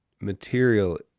material